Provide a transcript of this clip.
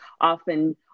often